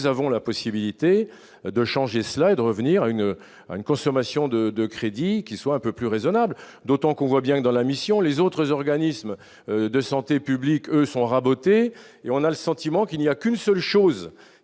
nous avons la possibilité de changer cela et de revenir à une une consommation de de crédit qui soit un peu plus raisonnables, d'autant qu'on voit bien dans la mission, les autres organismes de santé publique sont rabotés et on a le sentiment qu'il n'y a qu'une seule chose